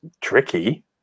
tricky